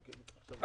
זה.